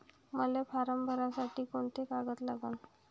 मले फारम भरासाठी कोंते कागद लागन?